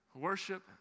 Worship